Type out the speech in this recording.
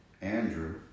Andrew